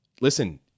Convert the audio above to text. listen